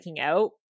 out